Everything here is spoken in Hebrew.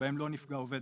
שבהם לא נפגע עובד,